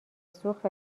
سوخت